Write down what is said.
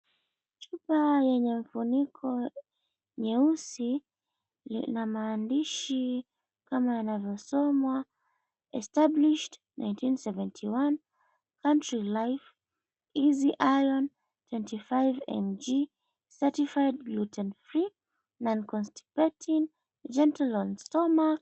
Chupa yenye funiko nyeusi ina maandishi kama yanavyosomwa, Established 1971 Country Life Easy Iron 25mg Certified gluten Free Non-consitipating Gentle on Stomach.